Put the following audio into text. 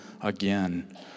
again